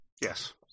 yes